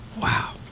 Wow